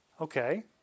Okay